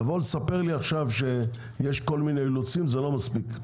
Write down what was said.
לבוא ולספר לי עכשיו שיש כל מיני אילוצים זה לא מספיק.